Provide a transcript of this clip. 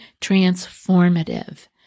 transformative